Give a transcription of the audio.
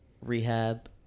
rehab